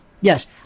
Yes